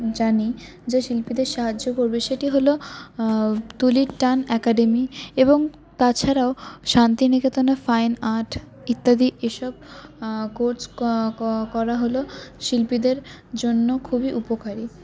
জানি যে শিল্পীদের সাহায্য করবে সেটি হল তুলির টান একাডেমি এবং তাছাড়াও শান্তিনিকেতনে ফাইন আর্ট ইত্যাদি এসব গোছ ক ক করা হল শিল্পীদের জন্য খুবই উপকারি